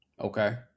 Okay